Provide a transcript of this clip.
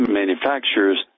manufacturers